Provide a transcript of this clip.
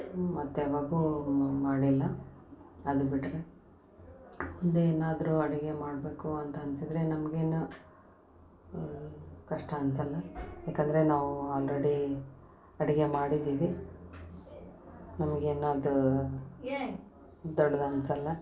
ಮತ್ತೆ ಯಾವಾಗೂ ಮಾಡಿಲ್ಲ ಅದು ಬಿಟ್ಟರೆ ಮುಂದೆ ಏನಾದರು ಅಡಿಗೆ ಮಾಡಬೇಕು ಅಂತ ಅನ್ಸಿದ್ದರೆ ನಮ್ಗೇನ ಕಷ್ಟ ಅನ್ಸಲ್ಲ ಯಾಕಂದರೆ ನಾವು ಆಲ್ರೆಡೀ ಅಡಿಗೆ ಮಾಡಿದ್ದೀವಿ ನಮಗೆ ಏನು ಅದು ದೊಡ್ದು ಅನ್ಸಲ್ಲ